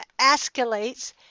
escalates